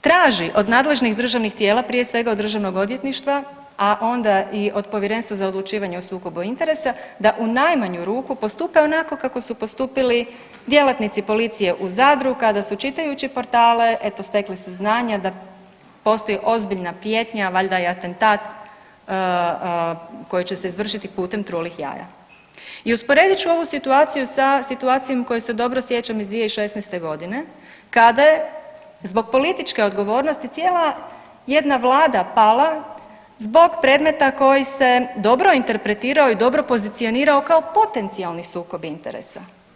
traži od nadležnih državnih tijela, prije svega od DORH-a, a onda i od Povjerenstva za odlučivanje o sukobu interesa da u najmanju ruku postupe onako kako su postupili djelatnici policije u Zadru kada su čitajući portale, eto, stekli saznanje da postoji ozbiljna prijetnja valjda i atentat koji će se izvršiti putem trulih jaja i usporedit ću ovu situaciju sa situacijom koje se dobro sjećam iz 2016. godine kada je zbog političke odgovornosti cijela jedna Vlada pala zbog predmeta koji se dobro interpretirao i dobro pozicionirao kao potencijalni sukob interesa.